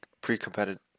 pre-competitive